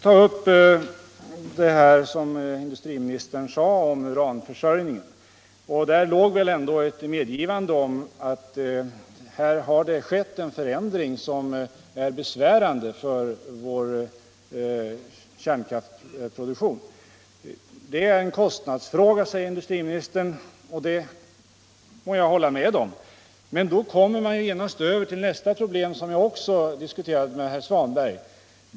Vad gäller uranförsörjningen till våra kärnkraftverk medgav industriministern att det har skett en förändring, som är besvärande. Det går att få uran om man betalar bra. Det är en kostnadsfråga, säger industriministern. Och det kan jag hålla med om. Men då kommer man genast över till nästa problem.